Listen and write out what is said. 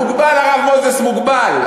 מוגבל, הרב מוזס, מוגבל.